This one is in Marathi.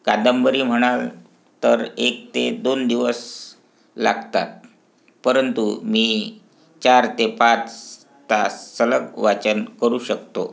कादंबरी म्हणाल तर एक ते दोन दिवस लागतात परंतु मी चार ते पाच तास सलग वाचन करू शकतो